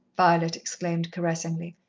violet exclaimed caressingly.